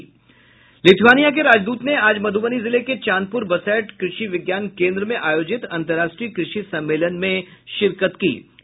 Lithuania के राजदूत ने आज मधुबनी जिले के चांदपुर बसैठ कृषि विज्ञान केन्द्र में आयोजित अंतर्राष्ट्रीय कृषि सम्मेलन में शामिल हुए